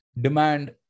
demand